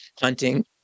hunting